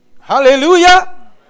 Hallelujah